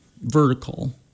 vertical